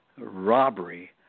robbery